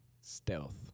stealth